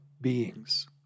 beings